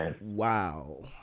wow